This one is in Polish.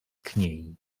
kniei